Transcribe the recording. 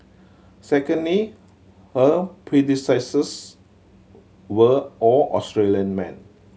secondly her predecessors were all Australian men